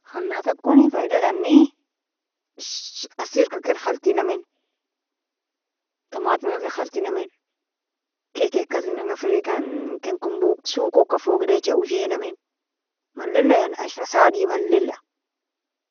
Khalatakoni faidatani aserka ken khaltinamin, tamatimka ken khaltinamin, kikika adlinga firgekan ken kombo sowko foga edija oshinamin mailia yani ashra sadji mailila.